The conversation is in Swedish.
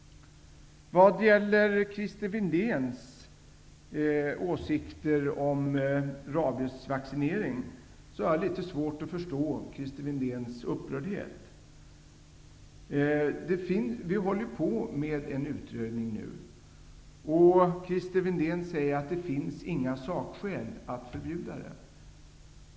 Jag har litet svårt att förstå Christer Windéns upprördhet när det gäller rabiesvaccinering. Vi håller på med en utredning nu. Christer Windén säger att det inte finns några sakskäl för att förbjuda vaccinering.